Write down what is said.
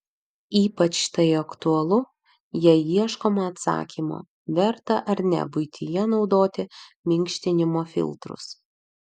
ypač tai aktualu jei ieškoma atsakymo verta ar ne buityje naudoti minkštinimo filtrus